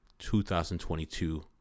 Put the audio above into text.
2022